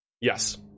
Yes